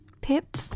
Pip